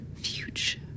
future